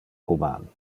human